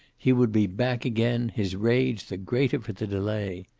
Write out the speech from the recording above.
he would be back again, his rage the greater for the delay.